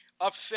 upset